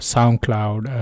Soundcloud